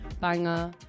banger